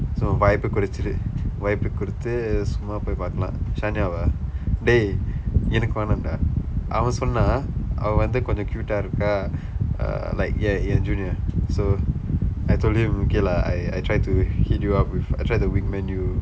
so வாய்ப்பு கொடுத்து வாய்ப்பு கொடுத்து சும்மா போய் பார்க்கலாம்:vaayppu koduththu vaayppu koduththu summaa pooy paarkkalaam tanya வா:vaa dey எனக்கு வேண்டாம்:enakku veendaam dah அவன் சொன்னா அவள் வந்து கொஞ்சம்:avan sonnaa aval vandthu konjsam cute-aa இருக்கா:irukkaa err like என் என்:en en junior so I told him okay lah I I try to hit you up with I try to wing man you